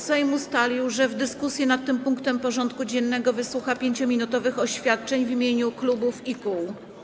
Sejm ustalił, że w dyskusji nad tym punktem porządku dziennego wysłucha 5-minutowych oświadczeń w imieniu klubów i kół.